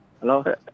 Hello